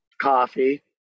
coffee